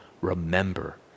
remember